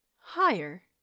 higher